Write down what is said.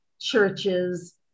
churches